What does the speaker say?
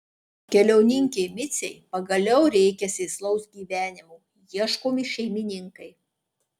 keliauninkei micei pagaliau reikia sėslaus gyvenimo ieškomi šeimininkai